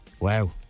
Wow